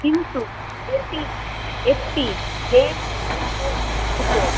কিন্তু এটি একটি জেন্টস জুতো